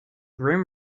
grim